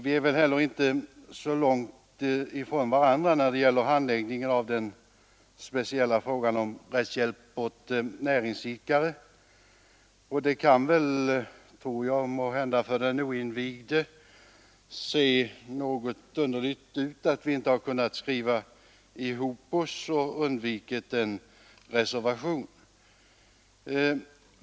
Vi är väl heller inte så långt ifrån varandra när det gäller handläggningen av den speciella frågan om rättshjälp åt näringsidkare. Det kan måhända för den oinvigde se något underligt ut att vi inte kunnat skriva ihop oss och undvikit en reservation.